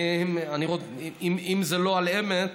אם זה לא על-אמת,